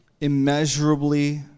immeasurably